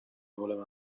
voleva